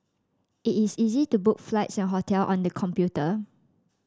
it is easy to book flights and hotel on the computer